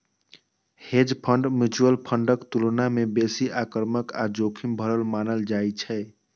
hedge fund mutual फंडक तुलना मे बेसी आक्रामक आ जोखिम भरल मानल जाइ छै